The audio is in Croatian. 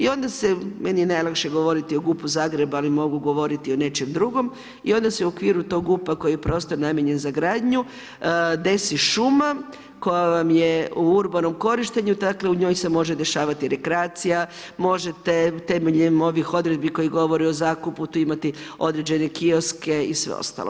I onda se, meni je najlakše govoriti o GUP-u Zagreba, ali mogu govoriti i o nečem drugom, i onda se u okviru tog GUP-a koji je prostor namijenjen za gradnju desi šuma koja vam je u urbanom korištenju, dakle, u njoj se može dešavati rekreacija, možete temeljem ovih odredbi koje govore o zakupu tu imati određene kioske i sve ostalo.